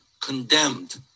condemned